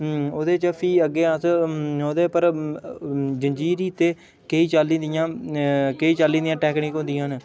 ओह्दे च फ्ही अग्गै अस ओह्दे पर जंजीरी ते केईं चाल्ली दियां केईं चाल्ली दियां टैकनिकां होंदियां न